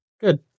Good